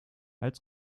als